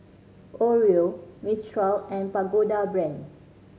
Oreo Mistral and Pagoda Brand